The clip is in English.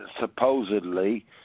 supposedly